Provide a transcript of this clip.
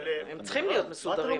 הם צריכים להיות מסודרים.